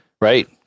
right